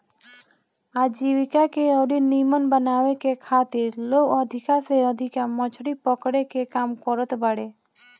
आजीविका के अउरी नीमन बनावे के खातिर लोग अधिका से अधिका मछरी पकड़े के काम करत बारे